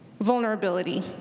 vulnerability